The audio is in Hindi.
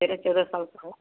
तेरह चौदह साल का है